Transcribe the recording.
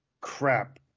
crap